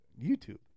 YouTube